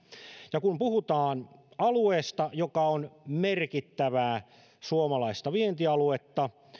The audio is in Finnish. ja kun puhutaan alueesta joka on merkittävää suomalaista vientialuetta